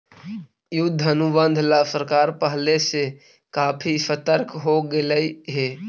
युद्ध अनुबंध ला सरकार पहले से काफी सतर्क हो गेलई हे